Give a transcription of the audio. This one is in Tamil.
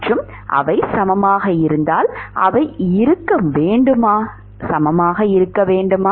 மற்றும் அவை சமமாக இருந்தால் அவை இருக்க வேண்டுமா